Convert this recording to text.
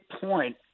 point